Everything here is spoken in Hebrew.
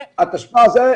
התשפ"א-2020.